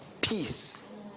peace